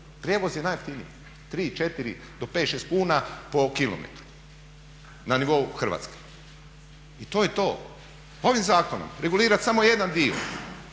Prijevoz je najjeftiniji, 3, 4 do 5, 6 kuna po kilometru na nivou Hrvatske i to je to. Ovim zakonom regulira samo jedan dio